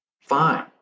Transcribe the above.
fine